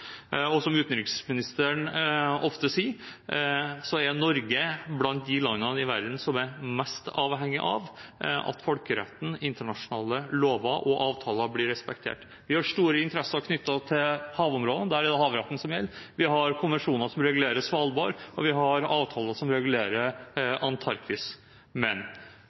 og som utenriksministeren ofte sier, er Norge blant de landene i verden som er mest avhengige av at folkeretten, internasjonale lover og avtaler blir respektert. Vi har store interesser knyttet til havområdene, der er det havretten som gjelder. Vi har konvensjoner som regulerer Svalbard, og vi har avtaler som regulerer Antarktis. Men